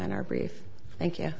on our brief thank you